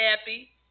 happy